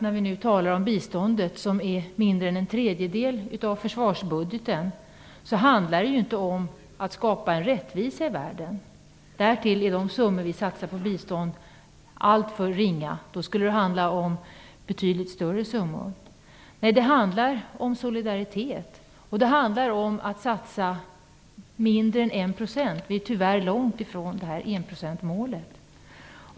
När vi nu talar om biståndet, som är mindre än en tredjedel av försvarsbudgeten, handlar det inte om att skapa rättvisa i världen. Därtill är de summor som vi satsar på bistånd alltför ringa. Då skulle det hamna om betydligt större summor. Nej, det handlar om solidaritet och om att satsa mindre än 1 %. Vi är tyvärr långt ifrån enprocentsmålet.